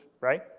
right